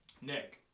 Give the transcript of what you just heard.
Nick